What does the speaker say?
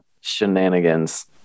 shenanigans